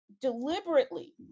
deliberately